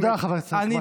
תודה, חבר הכנסת מקלב.